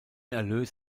erlös